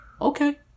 okay